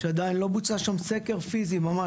שעדיין לא בוצע שם סקר פיזי ממש,